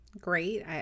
great